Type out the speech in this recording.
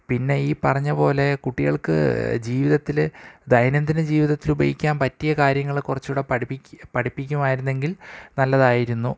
പിന്നെ ഈ പറഞ്ഞപോലെ കുട്ടികൾക്ക് ജീവിതത്തില് ദൈനംദിന ജീവിതത്തില് ഉപയോഗിക്കാൻ പറ്റിയ കാര്യങ്ങളെ കുറച്ചുകൂടെ പഠിപ്പിക്ക പഠിപ്പിക്കുമായിരുന്നെങ്കിൽ നല്ലതായിരുന്നു